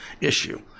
issue